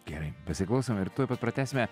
gerai pasiklausom ir tuoj pat pratęsime